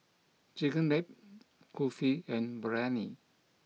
Chigenabe Kulfi and Biryani